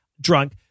drunk